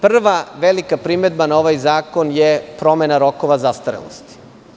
Prva velika primedba na ovaj zakon je promena rokova zastarelosti.